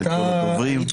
לכל הדוברים.